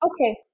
Okay